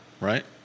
Right